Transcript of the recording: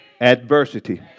adversity